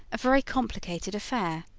a very complicated affair.